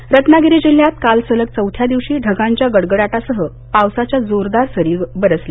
पाऊस रत्नागिरी जिल्ह्यात काल सलग चौथ्या दिवशी ढगांच्या गडगडाटासह पावसाच्या जोरदार सरी आल्या